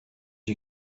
you